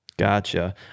Gotcha